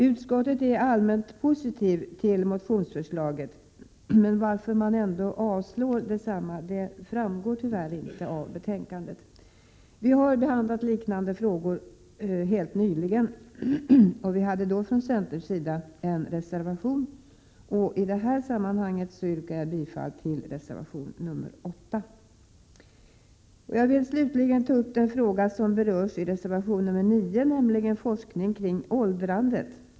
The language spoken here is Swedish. Utskottet är allmänt positivt till motionsförslaget, men varför man ändå avstyrker det framgår tyvärr inte av betänkandet. Vi har behandlat liknande frågor helt nyligen, och centern hade då en reservation. I det här sammanhanget yrkar jag bifall till reservation nr 8. Jag vill slutligen ta upp den fråga som berörs i reservation nr 9, nämligen forskning kring åldrandet.